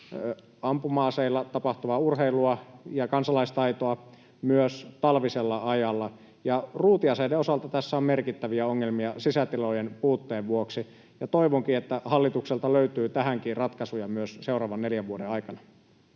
ampuma-aseilla tapahtuvaa urheilua ja kansalaistaitoa myös talvisella ajalla, ja ruutiaseiden osalta tässä on merkittäviä ongelmia sisätilojen puutteen vuoksi. Toivonkin, että hallitukselta löytyy tähänkin ratkaisuja myös seuraavan neljän vuoden aikana.